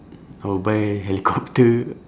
I will buy helicopter